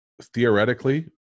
Theoretically